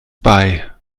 bei